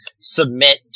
submit